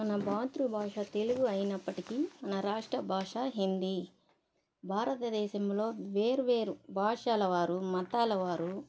మన మాతృ బాషా తెలుగు అయినప్పటికీ నా రాష్ట్ర భాష హిందీ భారతదేశంలో వేరు వేరు భాషల వారు మతాలవారు